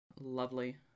Lovely